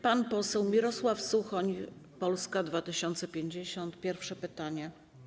Pan poseł Mirosław Suchoń, Polska 2050, pierwsze pytanie.